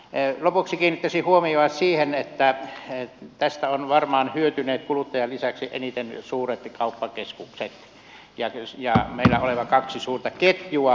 lopuksi kiinnittäisin huomiota siihen että tästä ovat varmaan hyötyneet kuluttajan lisäksi eniten suuret kauppakeskukset ja meillä olevat kaksi suurta ketjua